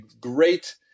great